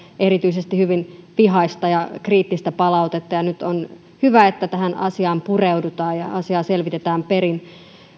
erityisesti hyvin vihaista ja kriittistä palautetta nyt on hyvä että tähän asiaan pureudutaan ja asiaa selvitetään perin